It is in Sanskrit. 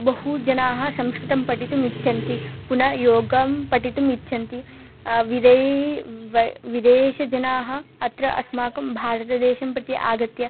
बहु जनाः संस्कृतं पठितुम् इच्छन्ति पुनः योगं पठितुम् इच्छन्ति विदेय् वै विदेशीजनाः अत्र अस्माकं भारतदेशं प्रति आगत्य